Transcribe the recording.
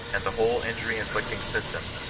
and the whole injury-inflicting syi tem,